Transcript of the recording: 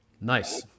Nice